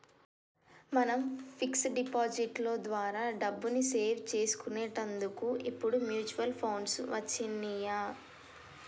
మనం fix deposit లో ద్వారా డబ్బుని సేవ్ చేసుకునేటందుకు ఇప్పుడు మ్యూచువల్ ఫండ్లు వచ్చినియ్యి